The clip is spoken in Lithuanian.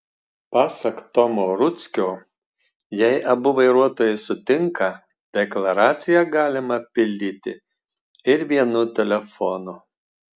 pasak tomo rudzkio jei abu vairuotojai sutinka deklaraciją galima pildyti ir vienu telefonu